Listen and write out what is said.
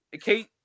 Kate